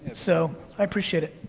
so, i appreciate it.